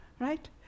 Right